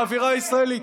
באווירה הישראלית.